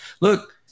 Look